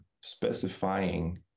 specifying